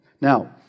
Now